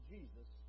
Jesus